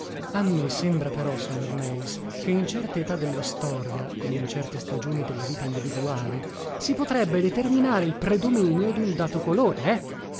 a me sembra però signor meis che in certe età della storia come in certe stagioni della vita individuale si potrebbe determinare il predominio dun dato colore